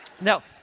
now